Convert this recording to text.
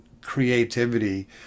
creativity